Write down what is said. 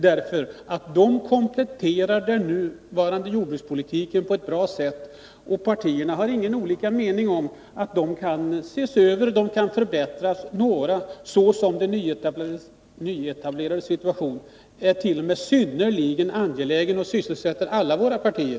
Dessa förslag kompletterar den nuvarande jordbrukspolitiken på ett bra sätt, och partierna har inte olika mening när det gäller att de kan ses över och förbättras. Några förslag, såsom det som gäller nyetablerades situation, är t.o.m. synnerligen angelägna och sysselsätter alla våra partier.